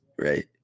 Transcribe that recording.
right